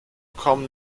kommen